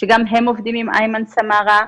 שגם הם עובדים עם אימן סמארה.